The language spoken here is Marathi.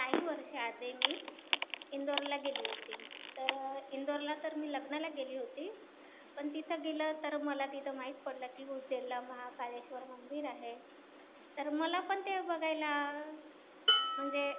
काही वर्षं आधी मी इंदोरला गेली होती तर इंदोरला तर मी लग्नाला गेली होती पण तिथं गेलं तर मला तिथं माहित पडलं की उज्जैनला महाकालेश्वर मंदिर आहे तर मला पण ते बघायला म्हणजे